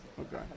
Okay